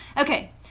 Okay